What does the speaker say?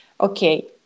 okay